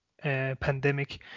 pandemic